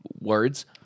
Words